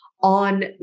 on